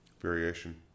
Variation